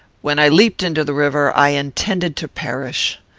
when i leaped into the river, i intended to perish.